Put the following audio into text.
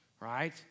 right